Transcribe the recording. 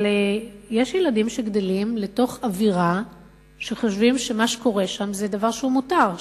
יש ילדים שגדלים לתוך אווירה וחושבים שמה שקורה שם הוא דבר שהוא מותר,